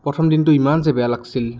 প্ৰথম দিনটো ইমান যে বেয়া লাগছিল